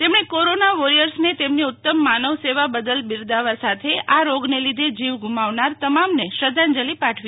તેમણે કોરોના વોરિયર્સને તેમની ઉત્તમ માનવ સેવા બદલ બિરદાવવા સાથે આ રોગને લીધે જીવ ગુમાવનાર તમામને શ્રંધ્ધાજલી પાઠવી